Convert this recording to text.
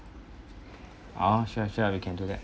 ah sure sure we can do that